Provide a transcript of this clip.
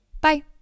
Bye